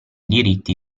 diritti